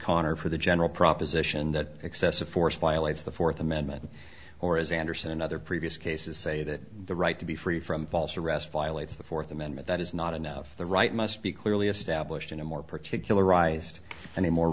conner for the general proposition that excessive force violates the fourth amendment or as anderson and other previous cases say that the right to be free from false arrest violates the fourth amendment that is not enough the right must be clearly established in a more particularized and a more